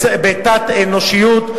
בתת-אנושיות,